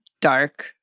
dark